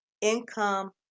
income